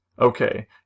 okay